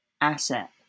asset